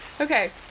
Okay